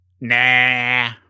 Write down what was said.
Nah